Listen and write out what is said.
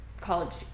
college